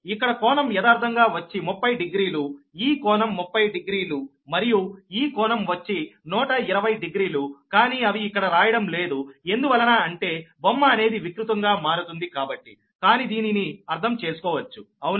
ఇక్కడ కోణం యదార్ధంగా వచ్చి 300 ఈ కోణం 300 మరియు ఈ కోణం వచ్చి 1200కానీ అవి ఇక్కడ రాయడం లేదు ఎందువలన అంటే బొమ్మ అనేది వికృతంగా మారుతుంది కాబట్టి కాని దీనిని అర్థం చేసుకోవచ్చు అవునా